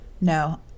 No